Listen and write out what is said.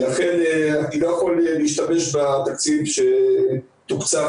לכן אני לא יכול להשתמש בתקציב שתוקצבתי.